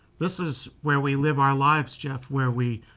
this is where we live our lives jeff where we.